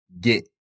get